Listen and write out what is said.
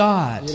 God